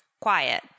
quiet